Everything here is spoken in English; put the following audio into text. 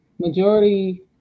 majority